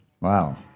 Wow